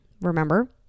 remember